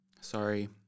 Sorry